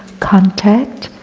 contact,